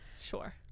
sure